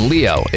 Leo